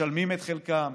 משלמים את חלקם,